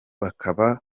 bakaba